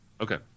Okay